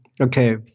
Okay